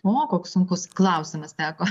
o koks sunkus klausimas teko